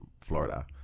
Florida